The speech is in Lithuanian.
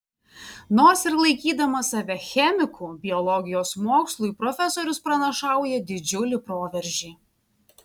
nors ir laikydamas save chemiku biologijos mokslui profesorius pranašauja didžiulį proveržį